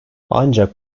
ancak